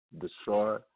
destroy